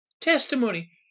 testimony